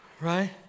Right